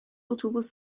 اتوبوس